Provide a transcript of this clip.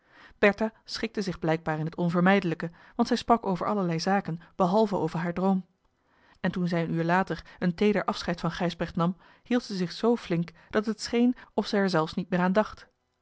bertha schikte zich blijkbaar in het onvermijdelijke want zij sprak over allerlei zaken behalve over haar droom en toen zij een uur later een teeder afscheid van gijsbrecht nam hield zij zich zoo flink dat het scheen of zij er zelfs niet meer